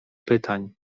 pytań